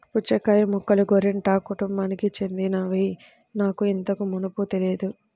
పుచ్చకాయ మొక్కలు గోరింటాకు కుటుంబానికి చెందినవని నాకు ఇంతకు మునుపు తెలియదు